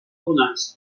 bonança